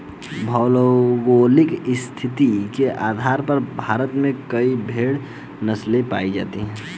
भौगोलिक स्थिति के आधार पर भारत में कई भेड़ नस्लें पाई जाती हैं